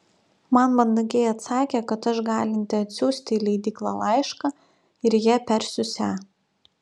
man mandagiai atsakė kad aš galinti atsiųsti į leidyklą laišką ir jie persiųsią